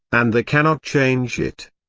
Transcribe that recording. and they cannot change it.